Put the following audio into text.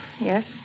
Yes